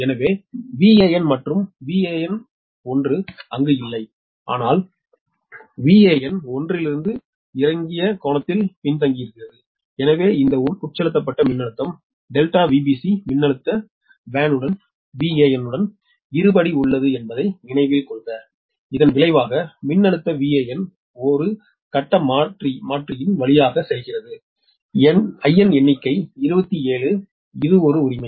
எனவே வான் மற்றும் வான் 1 அங்கு இல்லை ஆனால் வான் 1 வேனில் இருந்து கோணத்தில் பின்தங்கியிருக்கிறது எனவே இந்த உட்செலுத்தப்பட்ட மின்னழுத்தம் ΔVbc மின்னழுத்த வேனுடன் இருபடி உள்ளது என்பதை நினைவில் கொள்க இதன் விளைவாக மின்னழுத்த வான் 1 ஒரு கட்ட மாற்றத்தின் வழியாக செல்கிறது in எண்ணிக்கை 27 இது ஒரு உரிமை